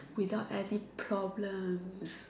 without any problems